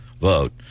vote